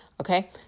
Okay